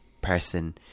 person